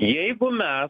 jeigu mes